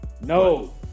no